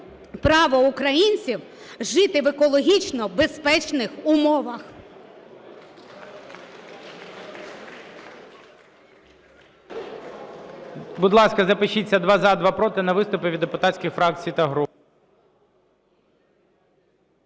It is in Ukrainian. право українців жити в екологічно безпечних умовах.